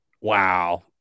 Wow